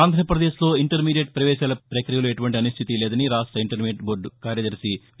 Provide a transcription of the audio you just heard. ఆంధ్రప్రదేశ్లో ఇంటర్మీడియట్ ప్రవేశాల పక్రియలో ఎటువంటి అనిశ్చితి లేదని రాష్ట ఇంటర్మీడియట్ బోర్డు కార్యదర్శి వి